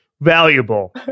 valuable